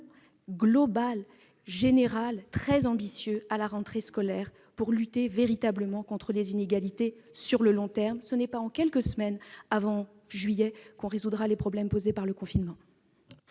global, général, très ambitieux à la rentrée scolaire pour lutter véritablement contre les inégalités sur le long terme. Ce n'est pas à quelques semaines du mois de juillet que l'on résoudra les problèmes posés par le confinement.